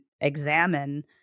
examine